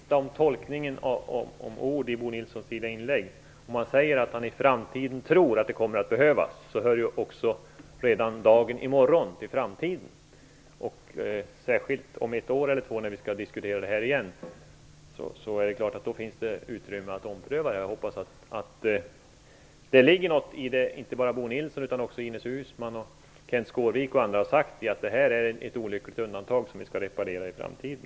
Fru talman! Vi skall inte tvista om tolkningen av ord i Bo Nilssons tidigare inlägg. Han säger att han tror att det i framtiden kommer att behövas mera pengar. Redan dagen i morgon hör ju till framtiden. Om ett eller två år då vi skall diskutera denna fråga igen finns det naturligtvis möjlighet att göra en omprövning. Jag hoppas att det ligger något i det som inte bara Bo Nilsson utan också Ines Uusmann, Kenth Skårvik och andra har sagt, att detta är ett olyckligt undantag som skall repareras i framtiden.